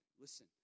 Listen